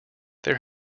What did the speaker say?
there